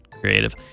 Creative